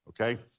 okay